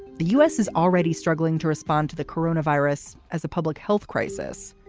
the u s. is already struggling to respond to the corona virus as a public health crisis.